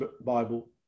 Bible